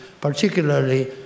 particularly